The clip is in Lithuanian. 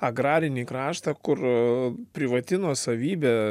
agrarinį kraštą kur privati nuosavybė